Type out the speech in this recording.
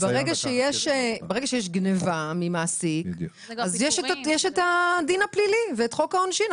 כי ברגע שיש גניבה ממעסיק אז יש את הדין הפלילי ואת חוק העונשין.